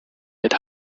had